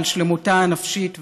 על שלמותה הנפשית והפיזית,